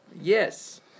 yes